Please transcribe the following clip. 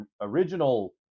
original